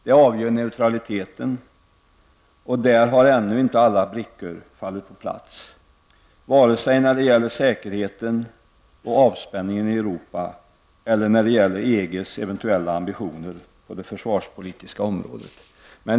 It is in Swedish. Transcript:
Det avgör neutraliteten, och där har ännu inte alla brickor fallit på plats vare sig när det gäller säkerheten och avspänningen i Europa eller EGs eventuella ambitioner på det försvarspolitiska området.